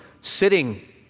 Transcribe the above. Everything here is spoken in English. sitting